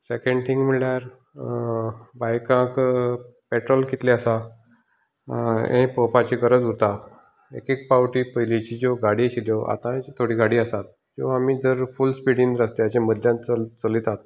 second thing म्हणल्यार बायकाक petrol कितलें आसा हेंय पळोवपाची गरज उरता एक एक पावटी पयलींच्यो ज्यो गाडी आशिल्ल्यो आतांय ज्यो थोड्यो गाडी आसात ज्यो आमी जर रस्त्याचे मदल्यान जर चलयतात